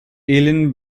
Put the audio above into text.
ellen